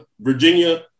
Virginia